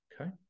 Okay